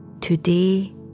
Today